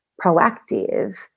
proactive